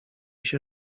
się